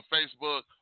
Facebook